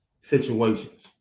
situations